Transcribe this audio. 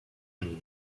jour